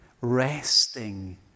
resting